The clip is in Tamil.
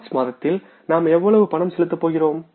மார்ச் மாதத்தில் நாம் எவ்வளவு பணம் செலுத்தப் போகிறோம்